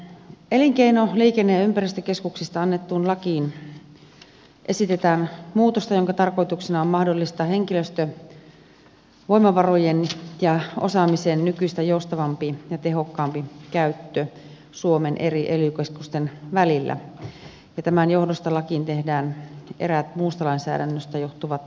elinkeino liikenne ja ympäristökeskuksista annettuun lakiin esitetään muutosta jonka tarkoituksena on mahdollistaa henkilöstövoimavarojen ja osaamisen nykyistä joustavampi ja tehokkaampi käyttö suomen eri ely keskusten välillä ja tämän johdosta lakiin tehdään eräät muusta lainsäädännöstä johtuvat tarkistukset